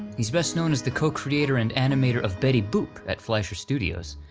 he's best known as the co-creator and animator of betty boop at fleischer studios,